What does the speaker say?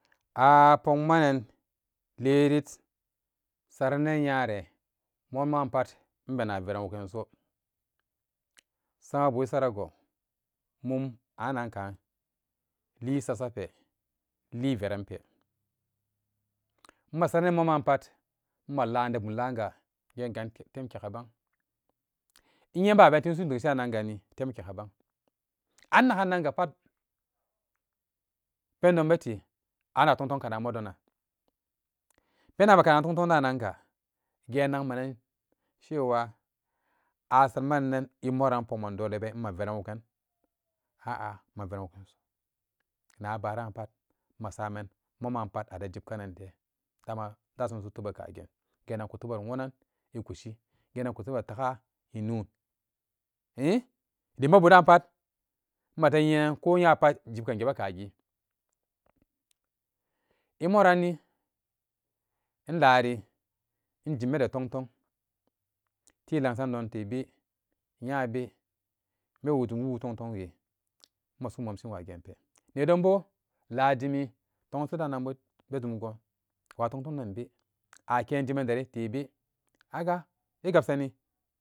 Apokmanaan liri saranan nyare moman pat inbena veran wuganso samabu esarago mum annankaan liisasape lii veeran pee masarananmomanpat maa laan dee bumlamgaa engatem kega pbanginyebabetim din gilanganni tem kee ga pbang an nagan nanga pat pendon beete ana tongtong kana modonan penden be kana tongtong anga gennakmanan cewa a sammananan e moran pokman dole been maa veran wugan a'a maa veran wuganso na baara ran pat masaman momanpat ate jibkanante dama daasamsu'u tee ba kagen gennangan ku teebo woonang e gushi gennangan ku teebo taaga e nuun eendim mobudanpat mate nyenan konyapat jibkangebe kagi e moranni inlaari injimade tongtong ti langsan don teebenyabe bewutim wu tongtong wee ma su'u momshin wagenpe nedonbo laa jimi toganso daananbo bejum goon wa tongtong den bee a keen jiman den teebee kaga e gabsani